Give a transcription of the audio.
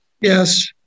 Yes